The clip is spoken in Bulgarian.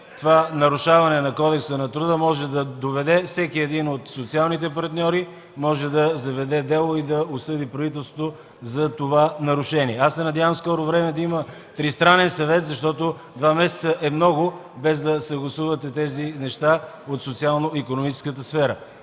това нарушаване на Кодекса на труда всеки един от социалните партньори може да заведе дело и да осъди правителството за това нарушение. Надявам се в скоро време да има Тристранен съвет, защото два месеца е много, без да съгласувате тези неща от социално-икономическата сфера.